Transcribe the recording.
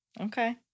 Okay